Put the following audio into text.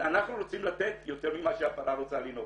אנחנו רוצים לתת יותר ממה שהפרה רוצה לינוק.